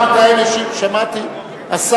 שכן מייד לאחר סיום דבריו של חבר הכנסת טלב אלסאנע,